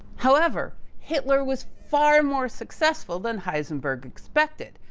however, hitler was far more successful than heisenberg expected.